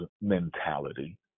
mentality